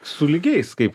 su lygiais kaip